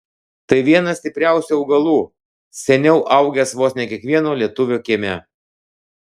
tai vienas stipriausių augalų seniau augęs vos ne kiekvieno lietuvio kieme